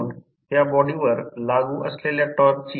तर जर हे KVA KVA fl असेल तर x 1